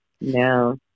no